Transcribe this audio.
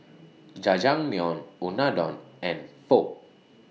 Jajangmyeon Unadon and Pho